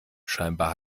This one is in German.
scheinbar